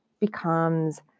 becomes